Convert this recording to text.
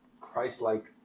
Christ-like